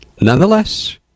Nonetheless